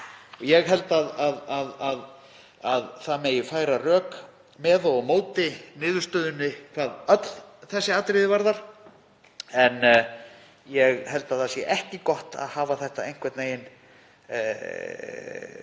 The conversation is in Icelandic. Ég held að færa megi rök með og á móti niðurstöðunni hvað öll þessi atriði varðar, en ég held að það sé ekki gott að hafa þetta einhvern veginn